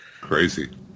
Crazy